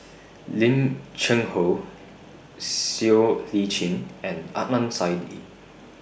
Lim Cheng Hoe Siow Lee Chin and Adnan Saidi